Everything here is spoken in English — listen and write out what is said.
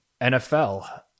NFL